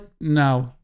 no